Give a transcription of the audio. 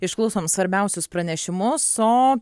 išklausom svarbiausius pranešimus o